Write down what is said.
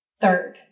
Third